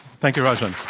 thank you, rajan.